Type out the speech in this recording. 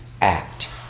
act